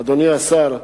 אדוני השר,